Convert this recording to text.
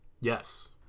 Yes